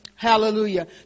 Hallelujah